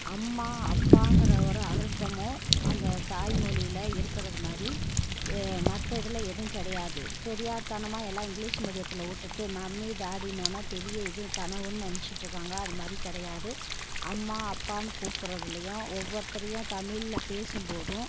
அம்மா அப்பாங்கிற ஒரு அர்த்தமும் அந்த தாய்மொழியில் இருக்கிறது மாதிரி மற்ற இதில் எதுவும் கிடையாது தெரியா தனமா எல்லாம் இங்கிலிஷ் மீடியத்தில் விட்டுட்டு மம்மி டாடின்னோன பெரிய இது கனவுன்னு நினச்சிட்டு இருக்காங்க அது மாதிரி கிடையாது அம்மா அப்பான்னு கூப்பிடுறதுலையும் ஒவ்வொருத்தரையும் தமிழில் பேசும் போதும்